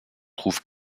trouve